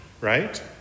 right